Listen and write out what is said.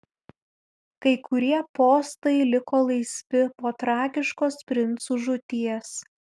kai kurie postai liko laisvi po tragiškos princų žūties